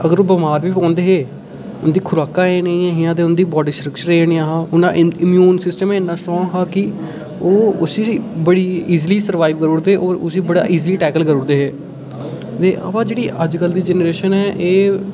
अगर ओह् बिमार बी होंदे हे उं'दी खुराकां गै एह् नेही हियां ते उं'दा बाड्डी स्ट्रक्चर गै इ'यै नेहा हा उं'दा इम्यून गै इ'यै नेहा हा ओह् उसी बड़ी इज़ली सर्वाइव करी ओड़दे हे उसी बड़ा इजली टैकल करी ओड़दे हे पर जेह्ड़ी अजकल दी जैनरेशन एह्